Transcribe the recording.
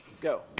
Go